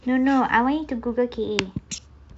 no no I want you to google K_A